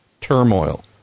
turmoil